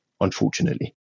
unfortunately